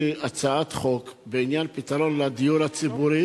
הצעת חוק בעניין פתרון לדיור הציבורי,